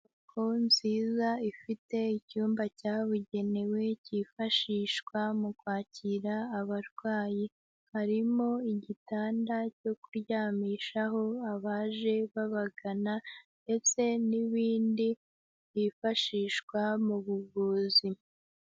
Inyubako nziza ifite icyumba cyabugenewe cyifashishwa mu kwakira abarwayi. Harimo igitanda cyo kuryamishaho abaje babagana, ndetse n'ibindi byifashishwa mu buvuzi.